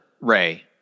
Ray